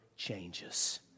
changes